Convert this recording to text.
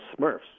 Smurfs